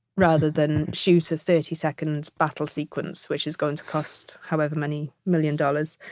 rather than shooter thirty seconds battle sequence, which is going to cost however many million dollars